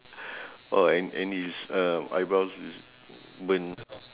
oh and and his uh eyebrows is burnt